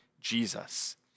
Jesus